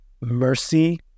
mercy